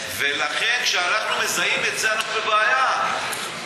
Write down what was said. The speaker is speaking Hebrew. וכל האנשים שעובדים בתקשורת רוצים לנגח את ראש הממשלה?